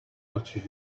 touches